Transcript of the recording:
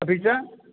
अपि च